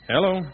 Hello